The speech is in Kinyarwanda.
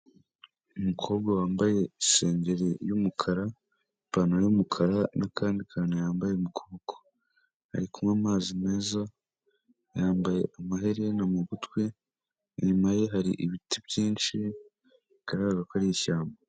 Umukobwa wambaye isengeri y'umukara, ipantaro y'umukara n'akandi kantu yambaye mu kuboko ari kunywa amazi meza yambaye amaherena mu gutwi, inyuma ye hari ibiti byinshi bigaragara ko ari ishyamba.